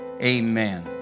Amen